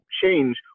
change